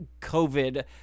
covid